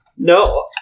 No